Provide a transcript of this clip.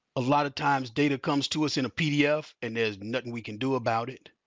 a lot of times data comes to us in a pdf, and there's nothing we can do about it,